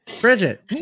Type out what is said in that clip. Bridget